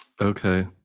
Okay